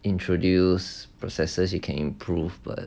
introduce processes you can improve but